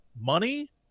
money